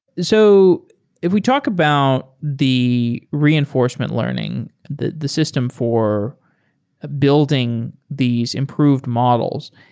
so if we talk about the reinforcement learning, the the system for building these improved models,